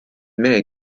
mehe